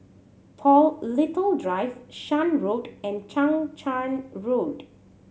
Paul Little Drive Shan Road and Chang Charn Road